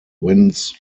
winds